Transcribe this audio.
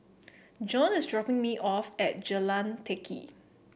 John is dropping me off at Jalan Teck Kee